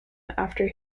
after